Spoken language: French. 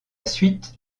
suite